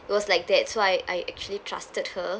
it was like that so I I actually trusted her